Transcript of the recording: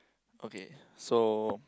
okay so